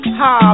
ha